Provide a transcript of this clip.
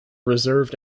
reserved